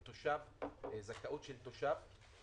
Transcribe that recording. לגבי זכאות של תושב ל"מחיר למשתכן",